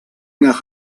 nach